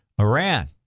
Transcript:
Iran